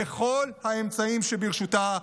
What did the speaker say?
את כל האמצעים שברשותה,